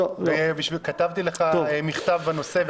כתבתי לך מכתב בנושא.